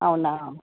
అవునా